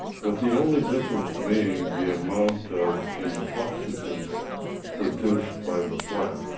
with the only difference being the amount of intoxicant produced by the plant.